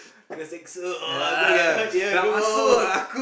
go get hurt ya go